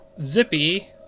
Zippy